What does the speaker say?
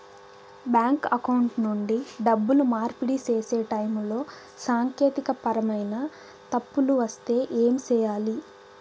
bank account నుండి డబ్బులు మార్పిడి సేసే టైములో సాంకేతికపరమైన తప్పులు వస్తే ఏమి సేయాలి